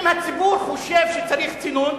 אם הציבור חושב שצריך צינון,